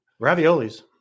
Raviolis